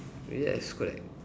yes correct